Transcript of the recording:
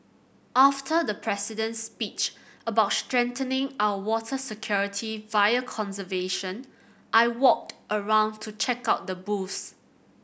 after the President's speech about strengthening our water security via conservation I walked around to check out the booths